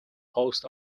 post